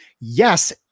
yes